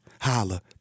Holla